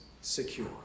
secure